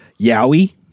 Yowie